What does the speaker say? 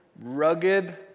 rugged